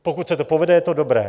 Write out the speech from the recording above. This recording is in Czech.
Pokud se to povede, je to dobré.